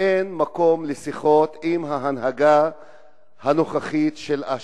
שאין מקום לשיחות עם ההנהגה הנוכחית של אש"ף.